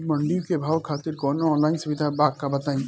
मंडी के भाव खातिर कवनो ऑनलाइन सुविधा बा का बताई?